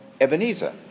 Ebenezer